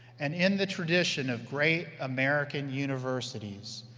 and in the tradition of great american universities,